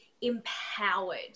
empowered